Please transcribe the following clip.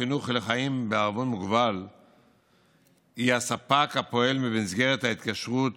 חינוך לחיים בע"מ היא הספק הפועל במסגרת ההתקשרות